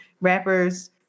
rappers